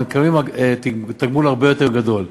והם מקבלים תגמול הרבה יותר גדול.